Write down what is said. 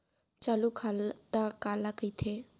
चालू खाता काला कहिथे?